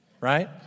right